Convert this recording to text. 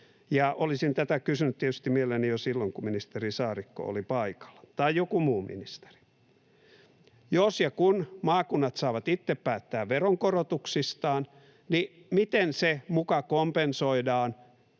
olisin tätä kysynyt tietysti mielelläni jo silloin, kun ministeri Saarikko oli paikalla, tai joku muu ministeri. Jos ja kun maakunnat saavat itse päättää veronkorotuksistaan, niin miten se muka kompensoidaan